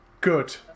good